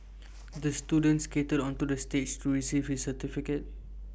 the student skated onto the stage to receive his certificate